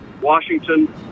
Washington